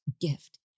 gift